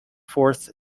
fourth